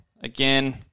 again